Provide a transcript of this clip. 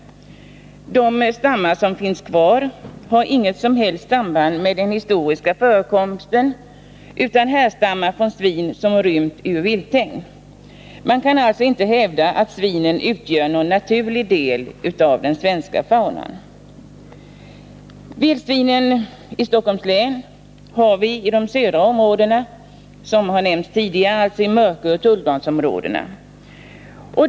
De stammar som finns kvar har inget som helst samband med den historiska förekomsten av vildsvin, utan de härstammar från svin som rymt ur vilthägn. Man kan alltså inte hävda att svinen utgör någon naturlig del av den svenska faunan. Vildsvinen i Stockholms län finns — vilket har nämnts tidigare — i de södra delarna, i Mörköoch Tullgarnsområdena.